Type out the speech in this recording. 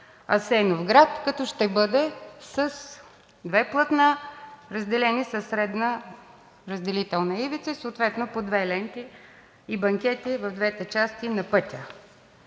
Асеновград като ще бъде с две платна, разделени със средна разделителна ивица, съответно по две ленти и банкети в двете части на пътя.